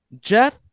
Jeff